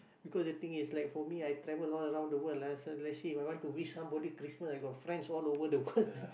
because the thing is like for me I travel all around the world lah so let's see If I want to wish somebody Christmas I got friends all over the world